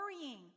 worrying